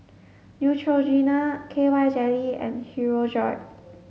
Neutrogena K Y jelly and Hirudoid